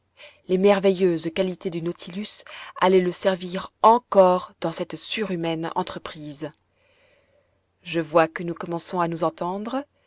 les merveilleuses qualités du nautilus allaient le servir encore dans cette surhumaine entreprise je vois que nous commençons à nous entendre